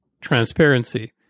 transparency